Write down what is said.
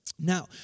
Now